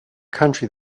country